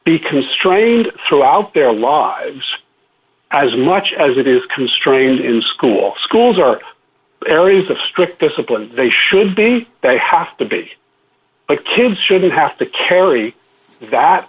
be constrained throughout their lives as much as it is constrained in school schools are areas of strict discipline they should be they have to be the kids shouldn't have to carry that